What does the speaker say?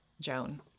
joan